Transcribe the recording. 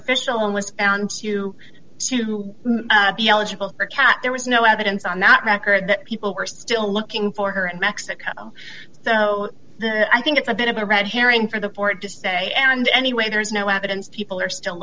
official and was found to see who may be eligible for cat there was no evidence on that record that people were still looking for her and mexico so i think it's a bit of a red herring for the port to say and anyway there is no evidence people are still